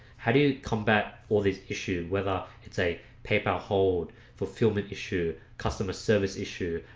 how do you combat or this issue whether it's a paper hold? fulfillment issue customer service issue,